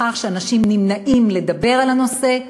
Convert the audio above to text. לכך שאנשים נמנעים מלדבר על הנושא,